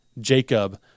Jacob